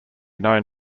known